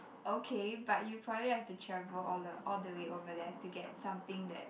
okay but you probably have to travel all the all the way over there to get something that